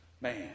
Man